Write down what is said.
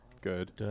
good